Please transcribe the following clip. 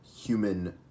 human